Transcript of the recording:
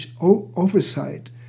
oversight